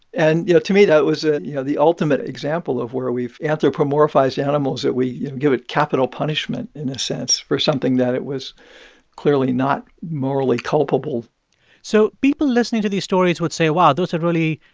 and, you know, to me that was, you know, the ultimate example of where we've anthropomorphized animals that we give it capital punishment in a sense for something that it was clearly not morally culpable so people listening to these stories would say, wow, those are really,